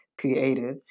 creatives